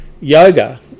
yoga